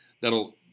that'll